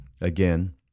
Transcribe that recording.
again